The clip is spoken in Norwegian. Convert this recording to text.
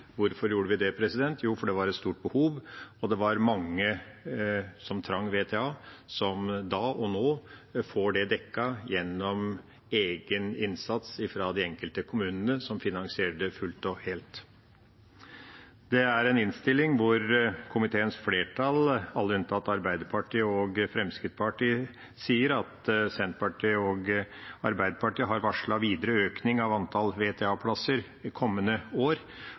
Hvorfor gjorde vi det? Jo, fordi det var et stort behov, og det var mange som trengte VTA, som da og nå får det dekket gjennom egen innsats fra de enkelte kommunene som finansierer det fullt og helt. Dette er en innstilling hvor komiteens flertall, alle unntatt Arbeiderpartiet og Fremskrittspartiet, sier at Senterpartiet og Arbeiderpartiet har varslet videre økning av antall VTA-plasser kommende år.